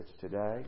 today